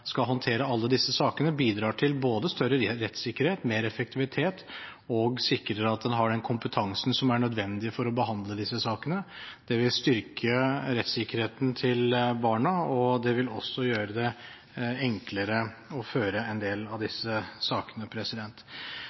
skal håndtere alle disse sakene, bidrar til både større rettssikkerhet, mer effektivitet og sikrer at en har den kompetansen som er nødvendig for å behandle disse sakene. Det vil styrke rettssikkerheten til barna, og det vil også gjøre det enklere å føre en del av disse sakene.